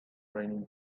raining